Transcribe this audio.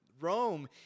Rome